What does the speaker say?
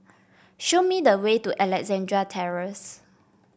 show me the way to Alexandra Terrace